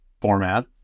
format